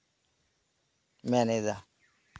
ᱢᱮᱱ ᱮᱫᱟ